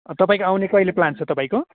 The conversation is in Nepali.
तपाईँको आउने कहिले प्लान छ तपाईँको